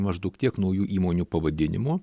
maždaug tiek naujų įmonių pavadinimų